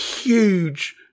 huge